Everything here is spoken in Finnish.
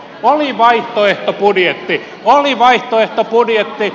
oli vaihtoehtobudjetti sosiaalisempi budjetti